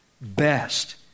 best